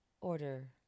order